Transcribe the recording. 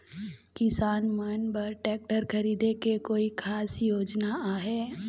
किसान मन बर ट्रैक्टर खरीदे के कोई खास योजना आहे?